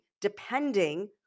depending